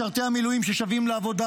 משרתי המילואים ששבים לעבודה,